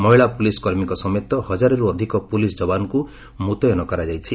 ମହିଳା ପୁଲିସ୍ କର୍ମୀଙ୍କ ସମେତ ହଜାରେରୁ ଅଧିକ ପୁଲିସ୍ ଯବାନଙ୍କୁ ମୁତୟନ କରାଯାଇଛି